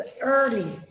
early